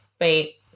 wait